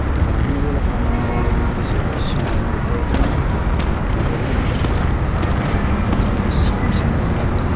E voalohany aloha lafa manao réservation amin'ny hôtel regny a agnatin'ny internet dia miditsy am'le site misy an'le